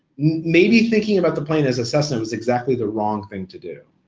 maybe thinking about the plane as a cessna was exactly the wrong thing to do.